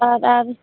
ᱟᱨ ᱟᱨ